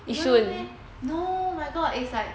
you don't know meh no my god it's like